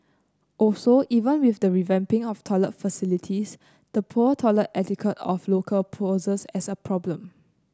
also even with the revamping of toilet facilities the poor toilet etiquette of local poses as a problem